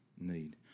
need